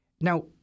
Now